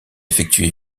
effectué